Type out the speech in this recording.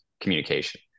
communication